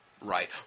right